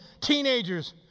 teenagers